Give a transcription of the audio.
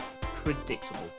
Predictable